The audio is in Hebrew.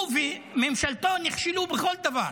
הוא וממשלתו נכשלו בכל דבר.